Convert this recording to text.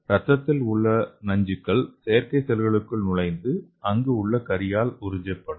இரத்தத்தில் உள்ள நச்சுகள் செயற்கை செல்களுக்குள் நுழைந்து அங்கு உள்ள கரியால் உறிஞ்சப்படும்